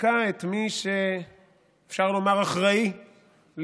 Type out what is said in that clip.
דווקא את מי שאפשר לומר שאחראי לפיזורה,